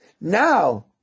now